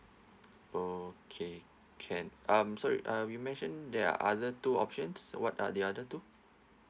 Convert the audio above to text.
okay can um sorry um you mention there are other two options so what are the other two